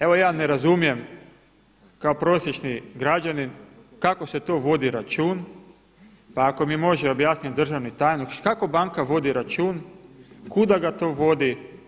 Evo ja ne razumijem kao prosječni građanin kako se to vodi račun, pa ako mi može objasniti državni tajnik kako banka vodi račun, kuda ga to vodi.